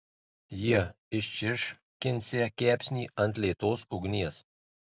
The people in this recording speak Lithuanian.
jie iščirškinsią kepsnį ant lėtos ugnies